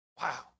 Wow